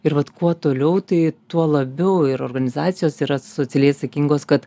ir vat kuo toliau tai tuo labiau ir organizacijos yra socialiai atsakingos kad